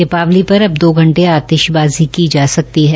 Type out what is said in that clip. दीपावली पर अब दो घंटे आतिशबाज़ी की जा सकती है